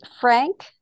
Frank